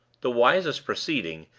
the wisest proceeding,